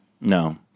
No